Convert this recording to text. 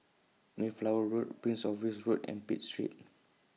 Mayflower Road Prince of Wales Road and Pitt Street